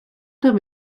homme